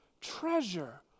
Treasure